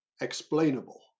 explainable